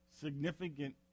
significant